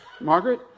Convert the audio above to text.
Margaret